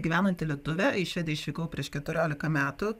gyvenanti lietuvė į švediją išvykau prieš keturiolika metų